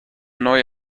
neue